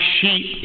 sheep